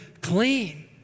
clean